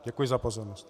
Děkuji za pozornost.